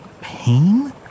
pain